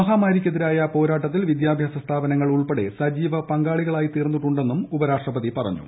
മഹാമാരിക്കെതിരായ പോരാട്ടത്തിൽ ്വീദ്യാഭ്യാസ സ്ഥാപനങ്ങൾ ഉൾപ്പെടെ സജീവ പങ്കാളികളായിരുതീർന്നിട്ടുണ്ടെന്നും അദ്ദേഹം പറഞ്ഞു